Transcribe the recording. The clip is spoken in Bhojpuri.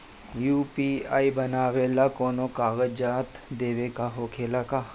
यू.पी.आई बनावेला कौनो कागजात देवे के होखेला का?